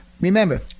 Remember